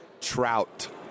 Trout